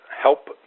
help